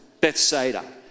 Bethsaida